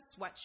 sweatshirt